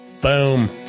boom